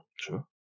Sure